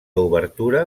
obertura